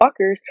fuckers